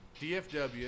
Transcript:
DFW